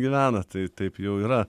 gyvena tai taip jau yra